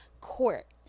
court